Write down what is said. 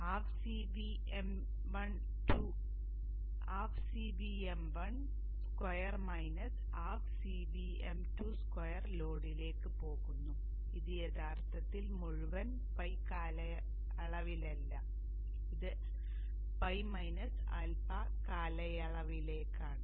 അതിനാൽ ½ CVm12 ½ CVm22 ലോഡിലേക്ക് പോകുന്നു ഇത് യഥാർത്ഥത്തിൽ മുഴുവൻ ᴨ കാലയളവിലല്ല ഇത് ᴨ α കാലയളവിലേക്കാണ്